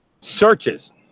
Searches